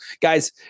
guys